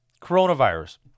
coronavirus